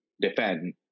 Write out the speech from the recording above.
defend